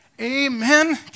amen